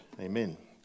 Amen